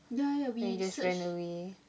then it just ran away